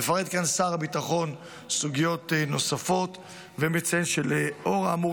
מפרט כאן שר הביטחון סוגיות נוספות ומציין שלאור האמור,